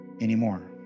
anymore